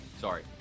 Sorry